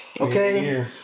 Okay